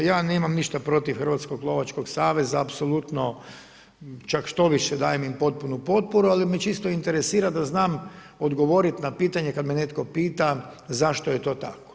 Ja nemam ništa protiv Hrvatskog lovačkog saveza, apsolutno, čak štoviše dajem im potpunu potporu ali me čisto interesira da znam odgovoriti na pitanje kada me netko pita zašto je to tako.